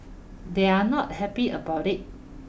they're not happy about it